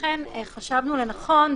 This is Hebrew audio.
לכן חשבנו לנכון,